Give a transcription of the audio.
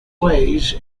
ways